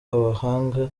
abahanga